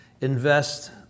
invest